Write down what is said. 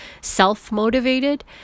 self-motivated